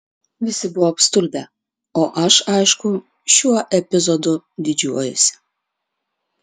visi buvo apstulbę o aš aišku šiuo epizodu didžiuojuosi